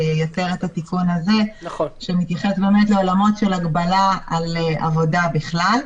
זה ייתר את התיקון הזה שמתייחס לעולמות של הגבלה על עבודה בכלל.